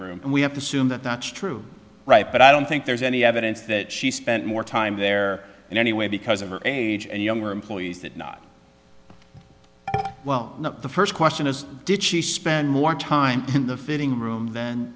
room we have to soon that notch true right but i don't think there's any evidence that she spent more time there and anyway because of her age and younger employees that not well the first question is did she spend more time in the fitting room then